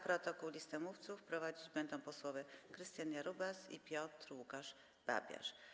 Protokół i listę mówców prowadzić będą posłowie Krystian Jarubas i Piotr Łukasz Babiarz.